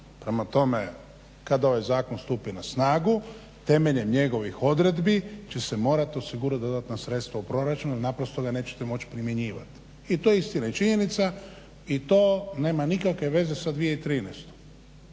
Prema tome kada ovaj zakon stupi na snagu temeljem njegovih odredbi će se morati osigurati dodatna sredstva u proračunu jer ga nećete moći primjenjivati. I to je istina i činjenica i to nema nikakve veze sa 2013.